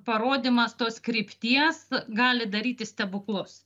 parodymas tos krypties gali daryti stebuklus